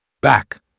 Back